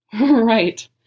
Right